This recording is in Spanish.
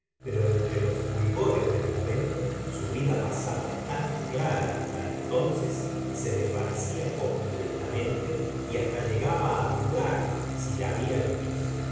pero entre los fulgores del momento su vida pasada tan clara hasta entonces se desvanecía completamente y hasta llegaba á dudar gustavo flaubert si la había vivido